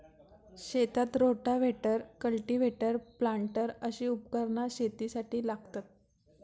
शेतात rotavator, cultivator, planter अशी उपकरणा शेतीसाठी लागतत